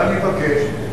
ואני מבקש,